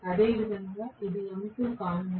అదేవిధంగా ఇది m2 కానుంది